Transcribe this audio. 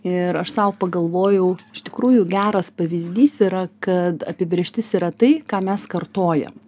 ir aš sau pagalvojau iš tikrųjų geras pavyzdys yra kad apibrėžtis yra tai ką mes kartojam